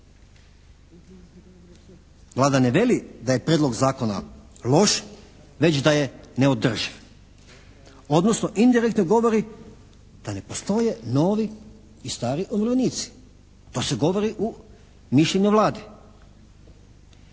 Vlada ne veli da je prijedlog zakona loš, već da je neodrživ, odnosno indirektno govori da ne postoje novi i stari umirovljenici. To se govori u mišljenju Vlade.